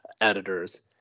editors